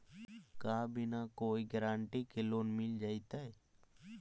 का बिना कोई गारंटी के लोन मिल जीईतै?